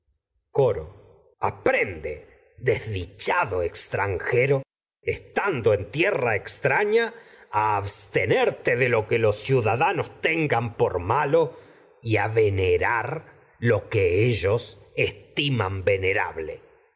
coro tierra aprende desdichado extranjero estando a en extraña por abstenerte y a de lo que los ciudadanos estiman ve tengan nerable malo venerar lo que ellos